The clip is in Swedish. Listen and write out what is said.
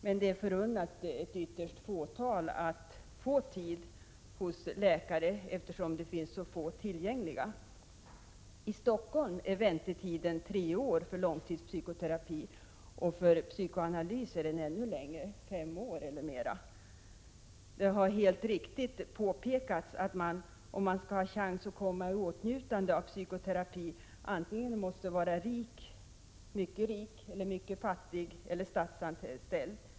Men det är förunnat ett ytterst fåtal att få tid hos läkare, eftersom det finns så få tillgängliga. I Stockholm är väntetiden tre år för långtidspsykoterapi, och för psykoanalys är väntetiden ännu längre — fem år eller mera. Det har helt riktigt påpekats att man, om man skall ha chans att komma i åtnjutande av psykoterapi antingen måste vara mycket rik, mycket fattig eller statsanställd.